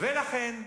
ולכן,